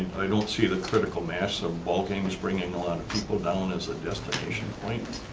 i don't see the critical mass of bulking, just bringing a lot of people down this destination point,